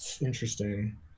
Interesting